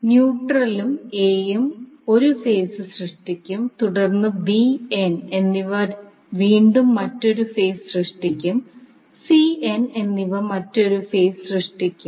ന്യൂട്രലും Aയും 1 ഫേസ് സൃഷ്ടിക്കും തുടർന്ന് ബി എൻ എന്നിവ വീണ്ടും മറ്റൊരു ഫേസ് സൃഷ്ടിക്കും സി എൻ എന്നിവ മറ്റൊരു ഫേസ് സൃഷ്ടിക്കും